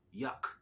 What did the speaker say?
yuck